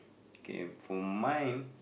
okay for mine